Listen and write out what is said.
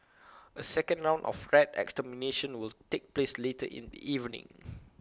A second round of rat extermination will take place later in the evening